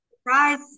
Surprise